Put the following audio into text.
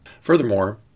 Furthermore